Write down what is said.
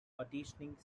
auditioning